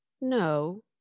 No